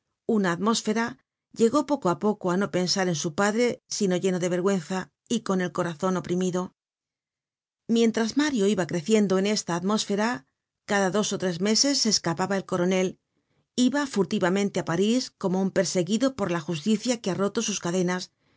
una atmósfera llegó poco á poco á no pensar en su padre sino lleno de vergüenza y con el corazon oprimido mientras mario iba creciendo en esta atmósfera cada dos ó tres meses se escapaba el coronel iba furtivamente á paris como un perseguido por la justicia que ha roto sus cadenas